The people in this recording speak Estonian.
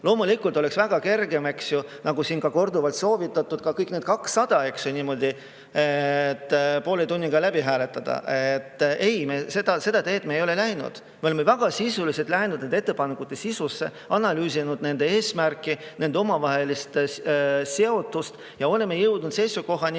Loomulikult oleks olnud väga kerge, eks ju, nagu siin korduvalt on soovitatud, kõik need 200 [ettepanekut] niimoodi poole tunniga läbi hääletada. Ei, seda teed me ei ole läinud. Me oleme läinud nende ettepanekute sisusse, analüüsinud nende eesmärki, nende omavahelist seotust, ja oleme jõudnud seisukohale,